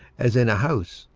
as in a house,